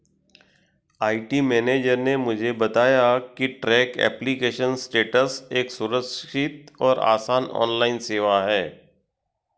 IT manager ने मुझे बताया की ट्रैक एप्लीकेशन स्टेटस एक सुरक्षित और आसान ऑनलाइन सेवा है